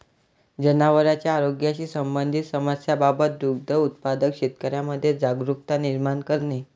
जनावरांच्या आरोग्याशी संबंधित समस्यांबाबत दुग्ध उत्पादक शेतकऱ्यांमध्ये जागरुकता निर्माण करणे